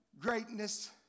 greatness